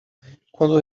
quando